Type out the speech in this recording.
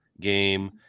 game